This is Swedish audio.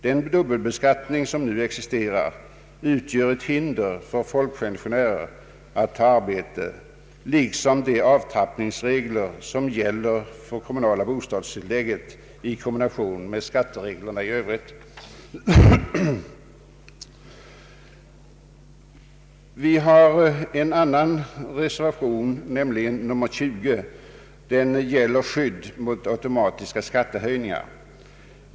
Den dubbelbeskattning som nu finns utgör ett hinder för folkpensionärer att ta arbete liksom de avtrappningsregler som gäller för det kommunala bostadstillägget i kombination med skattereglerna i övrigt. Reservation 20 gäller skydd mot automatiska skattehöjningar.